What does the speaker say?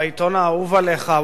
בעיתון האהוב עליך,